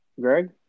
Greg